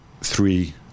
three